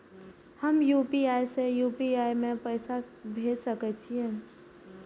हम यू.पी.आई से यू.पी.आई में पैसा भेज सके छिये?